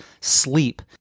sleep